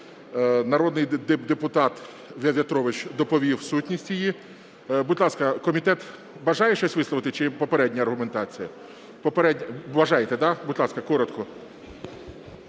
Народний депутат В'ятрович доповів сутність її. Будь ласка, комітет бажає щось висловити чи попередня аргументація? Бажаєте, да? Будь ласка, коротко.